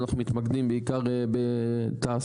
אנחנו מתמקדים בעיקר בתעסוקה.